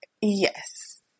yes